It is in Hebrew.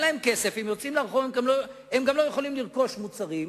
אין להם כסף והם יוצאים לרחוב והם לא יכולים לרכוש מוצרים,